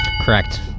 Correct